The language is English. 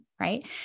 right